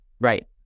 Right